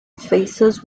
faces